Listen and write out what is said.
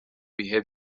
bihe